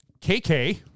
KK